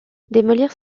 démolir